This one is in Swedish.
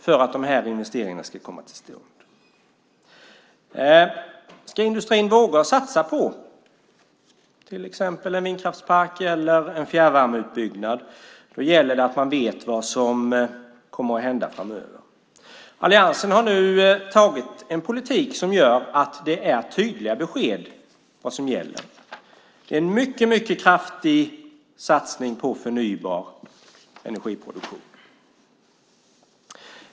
För att industrin ska våga satsa på exempelvis en vindkraftspark eller på fjärrvärmeutbyggnad gäller det att man vet vad som kommer att hända framöver. Alliansen har nu antagit en politik som gör att det är tydliga besked om vad som gäller. Det är en mycket kraftig satsning på produktion av förnybar energi.